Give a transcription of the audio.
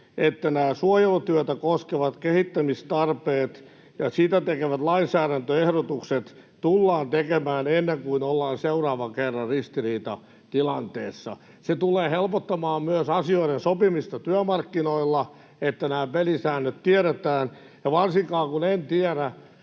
että nämä suojelutyötä koskevat kehittämistarpeet ja siitä tekemät lainsäädäntöehdotukset tullaan tekemään ennen kuin ollaan seuraavan kerran ristiriitatilanteessa. Se tulee helpottamaan myös asioiden sopimista työmarkkinoilla, että nämä pelisäännöt tiedetään. Ja varsinkaan, kun en tiedä,